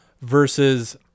versus